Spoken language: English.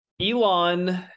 Elon